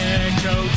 echo